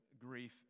grief